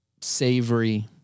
savory